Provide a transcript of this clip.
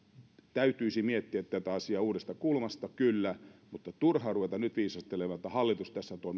täytyisi miettiä tätä asiaa uudesta kulmasta kyllä mutta on turhaa ruveta nyt viisastelemaan että hallitus tässä on toiminut